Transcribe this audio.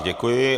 Děkuji.